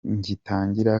ngitangira